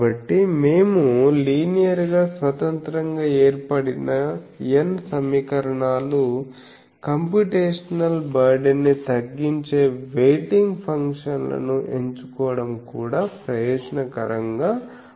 కాబట్టి మేము లినియర్ గా స్వతంత్రంగా ఏర్పడిన n సమీకరణాలు కంప్యూటేషనల్ బర్డెన్ని తగ్గించే వెయిటింగ్ ఫంక్షన్లను ఎంచుకోవడం కూడా ప్రయోజనకరంగా ఉంటుంది